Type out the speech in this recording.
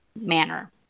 manner